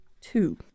two